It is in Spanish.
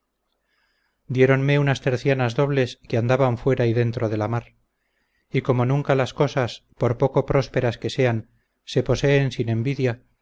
capitán diéronme unas tercianas dobles que andaban fuera y dentro de la mar y como nunca las cosas por poco prosperas que sean se poseen sin envidia